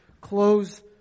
close